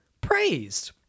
praised